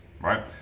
right